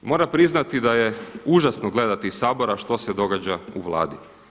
Moram priznati da je užasno gledati iz Sabora što se događa u Vladi.